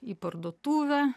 į parduotuvę